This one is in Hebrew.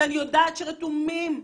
שאני יודעת שרתומים לעניין,